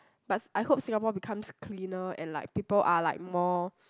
but I hope Singapore becomes cleaner and like people are like more